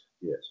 yes